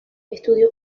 estudió